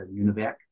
univac